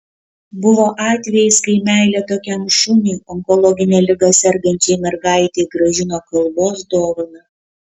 buvo atvejis kai meilė tokiam šuniui onkologine liga sergančiai mergaitei grąžino kalbos dovaną